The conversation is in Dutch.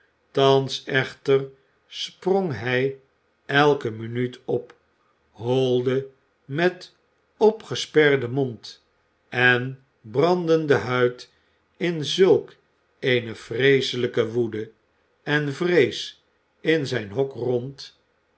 thans echter sprong hij elke minuut op holde met opgesperden mond en brandende huid in zulk eene vreeselijke woede en vrees in zijn hok rond